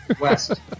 West